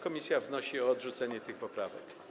Komisja wnosi o odrzucenie tych poprawek.